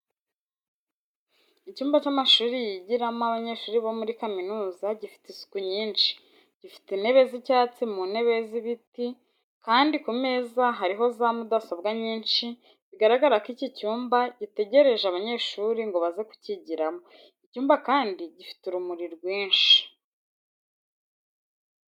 Icyumba cy'amashuri yigiramo abanyeshuri bo muri kaminuza gifite isuku nyinshi, gifite intebe z'icyatsi mu ntebe z'ibiti kandi ku meza hariho za mudasobwa nyinshi bigaragara ko iki cyumba gitegereje abanyeshuri ngo baze kucyigiramo. Icyumba kandi gifite urumuri rwinshi.